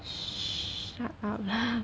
shut up lah